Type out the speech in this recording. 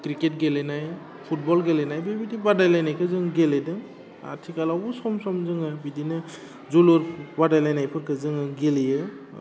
cricket गेलेनाय football गेलेनाय बेबायदि बादायलायनायखो जों गेलेदों आथिखालावबो सम सम जोङो बिदिनो जोलुर बादायलायनायफोरखौ जोङो गेलेयो